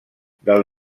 del